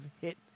hit